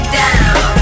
down